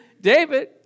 David